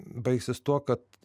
baigsis tuo kad